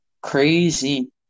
crazy